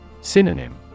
Synonym